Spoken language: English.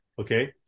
okay